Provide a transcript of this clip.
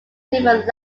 different